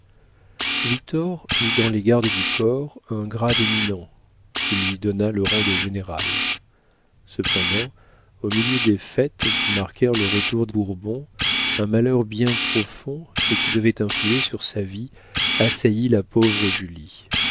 eut dans les gardes du corps un grade éminent qui lui donna le rang de général cependant au milieu des fêtes qui marquèrent le retour des bourbons un malheur bien profond et qui devait influer sur sa vie assaillit la pauvre julie